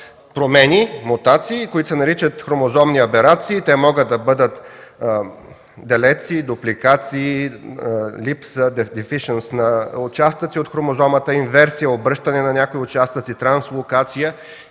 промени – мутации, които се наричат хромозомни аберации. Те могат да бъдат далеции, дупликации, липса – дефишънс на участъци от хромозомата, инверсия – обръщане на някои участъци, транслокация